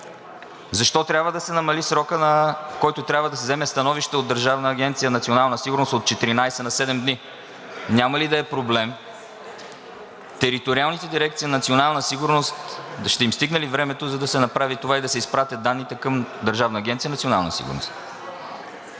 Защо трябва да се намали срокът, в който трябва да се вземе становище от Държавна агенция „Национална сигурност“ от 14 на 7 дни? Няма ли да е проблем на териториалните дирекции на „Национална сигурност“ ще им стигне ли времето, за да се направи това и да се изпратят данните към Държавна агенция „Национална сигурност“?